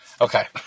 Okay